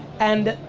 and,